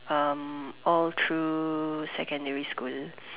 um all through secondary school